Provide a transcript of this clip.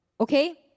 okay